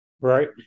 Right